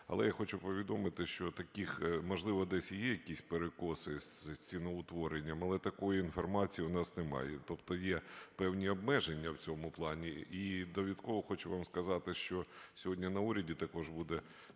Але я хочу повідомити, що таких, можливо, десь і є якісь перекоси з ціноутворенням, але такої інформації у нас немає. Тобто є певні обмеження в цьому плані. І довідково хочу вам сказати, що сьогодні на уряді також буде